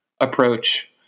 approach